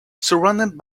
surrounded